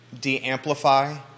de-amplify